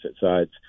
sides